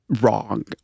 wrong